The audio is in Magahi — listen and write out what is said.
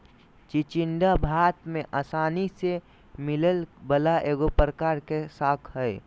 चिचिण्डा भारत में आसानी से मिलय वला एगो प्रकार के शाक हइ